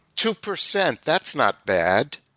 two percent. that's not bad.